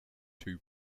two